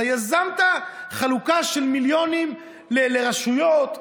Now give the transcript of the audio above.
אתה יזמת חלוקה של מיליונים לרשויות,